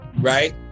right